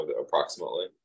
approximately